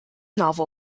novel